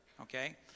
okay